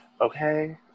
Okay